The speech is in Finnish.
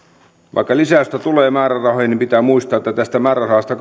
vaikka lisäystä tulee määrärahoihin niin pitää muistaa että tästä määrärahasta